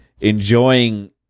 enjoying